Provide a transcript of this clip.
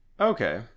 Okay